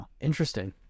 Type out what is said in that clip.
Interesting